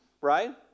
Right